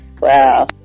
Wow